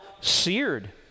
seared